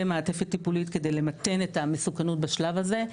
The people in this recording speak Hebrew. ומעטפת טיפולית כדי למתן את המסוכנות בשלב הזה.